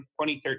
2013